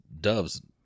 doves